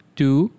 two